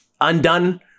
Undone